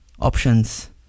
options